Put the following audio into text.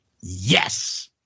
yes